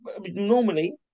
normally